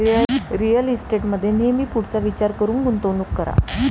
real इस्टेटमध्ये नेहमी पुढचा विचार करून गुंतवणूक करा